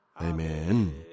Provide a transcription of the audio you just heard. Amen